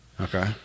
Okay